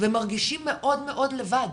ומרגישים מאוד לבד?